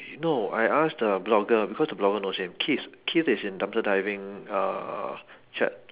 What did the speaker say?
no I asked the blogger because the blogger knows him keith keith is in dumpster diving uh chat